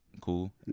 cool